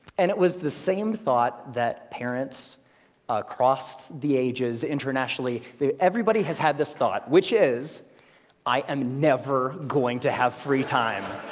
and it was the same thought that parents across the ages, internationally, everybody has had this thought, which is i am never going to have free time